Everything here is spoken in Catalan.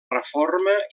reforma